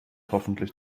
hoffentlich